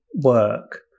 work